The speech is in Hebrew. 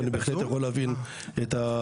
ואני בהחלט יכול להבין את ההצעה.